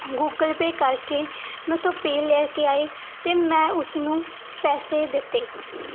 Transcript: Google Pay ਕਰਕੇ ਮੈਂ ਉੱਥੋਂ ਪੇ ਲੈ ਕੇ ਆਈ ਅਤੇ ਮੈਂ ਉਸਨੂੰ ਪੈਸੇ ਦਿੱਤੇ